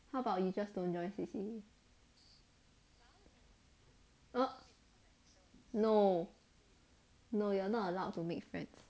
how about you just don't join C_C_A err no no you're not allowed to make friends